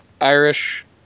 Irish